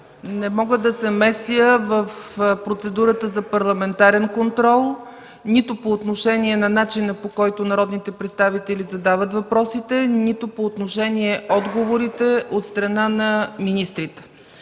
Не мога да се меся в процедурата за парламентарен контрол нито по отношение на начина, по който народните представители задават въпросите, нито по отношение отговорите от страна на министрите.